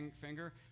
finger